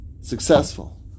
successful